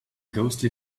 ghostly